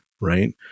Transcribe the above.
Right